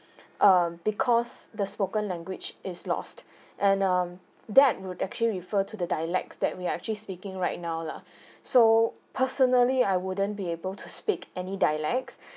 um because the spoken language is lost and um that would actually refer to the dialects that we are actually speaking right now lah so personally I wouldn't be able to speak any dialects